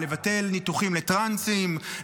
לבטל ניתוחים לטרנסים,